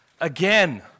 Again